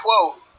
quote